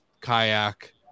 Kayak